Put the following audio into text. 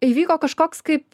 įvyko kažkoks kaip